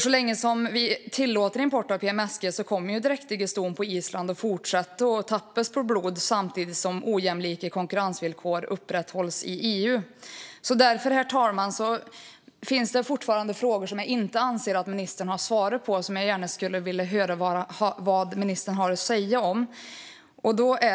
Så länge vi tillåter import av PMSG kommer dräktiga ston på Island att fortsätta att tappas på blod samtidigt som ojämlika konkurrensvillkor upprätthålls i EU: Herr talman! Det finns fortfarande frågor som jag inte anser att ministern har svarat på och som jag gärna skulle vilja höra vad ministern har att säga om.